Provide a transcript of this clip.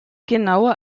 genauer